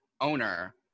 owner